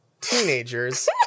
Teenagers